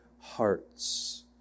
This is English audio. hearts